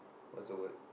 what's the word